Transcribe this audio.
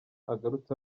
agarutse